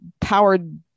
powered